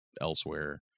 elsewhere